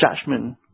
judgment